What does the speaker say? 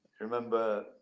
Remember